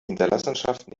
hinterlassenschaften